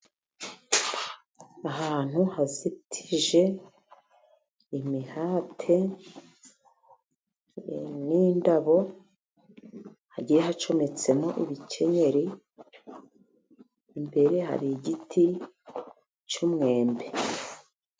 Ahantu hazitije imihate n'indabo, hagiye hacometsemo ibikenyeri, imbere hari igiti cy'umwembe.